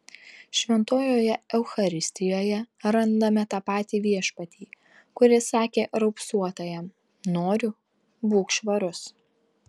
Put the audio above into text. šventojoje eucharistijoje randame tą patį viešpatį kuris sakė raupsuotajam noriu būk švarus